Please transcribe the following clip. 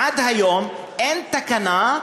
עד היום אין תקנה,